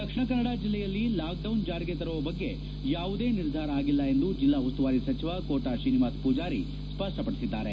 ದಕ್ಷಿಣ ಕನ್ನಡ ಜಿಲ್ಲೆಯಲ್ಲಿ lockdown ಜಾರಿಗೆ ತರುವ ಬಗ್ಗೆ ಯಾವುದೇ ನಿರ್ಧಾರ ಆಗಿಲ್ಲ ಎಂದು ಜಿಲ್ಲಾ ಉಸ್ತುವಾರಿ ಸಚಿವ ಕೋಟ ತ್ರೀನಿವಾಸ ಪೂಜಾರಿ ಸ್ವಪ್ನಪಡಿಸಿದ್ದಾರೆ